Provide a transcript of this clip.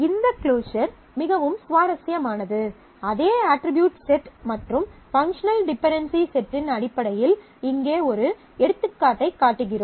இந்த க்ளோஸர் மிகவும் சுவாரஸ்யமானது அதே அட்ரிபியூட் செட் மற்றும் பங்க்ஷனல் டிபென்டென்சி செட்டின் அடிப்படையில் இங்கே ஒரு எடுத்துக்காட்டைக் காட்டுகிறோம்